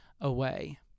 away